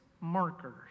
markers